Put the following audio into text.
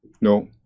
No